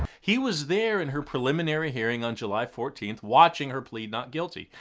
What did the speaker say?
he was there in her preliminary hearing on july fourteenth, watching her plead not guilty.